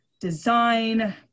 design